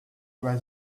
was